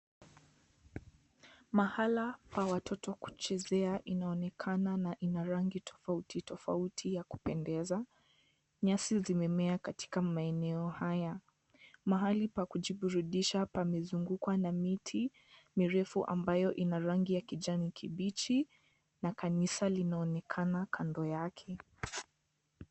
Mahala pa watoto kuchezea inaonekana na ina rangi tofauti tofauti ya kupendeza, nyasi zimemea katika maeneo haya mahali pa kujiburudisha imezingukwa na miti mirefu ambayo ina rangi ya kijani kibichi na kanisa inaonekana kando yake.